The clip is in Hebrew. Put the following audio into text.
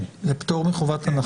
כן, כן.